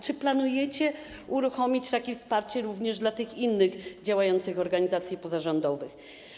Czy planujecie uruchomić takie wsparcie również dla tych innych działających organizacji pozarządowych?